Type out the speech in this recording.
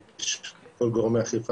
כל גורמי האכיפה,